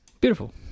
Beautiful